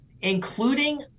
including